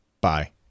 bye